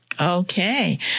Okay